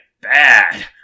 bad